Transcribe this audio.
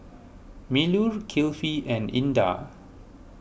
Melur Kifli and Indah